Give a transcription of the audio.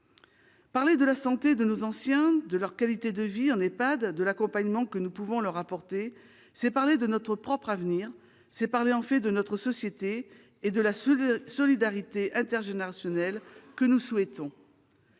Parler de la santé de nos anciens, de leur qualité de vie en EHPAD, de l'accompagnement que nous pouvons leur offrir, c'est parler de notre propre avenir ; c'est parler en fait de notre société et de la solidarité intergénérationnelle que nous souhaitons.